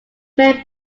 men